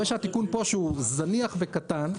התיקון פה שהוא זניח וקטן,